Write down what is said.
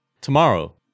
tomorrow